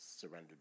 surrendered